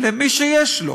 למי שיש לו.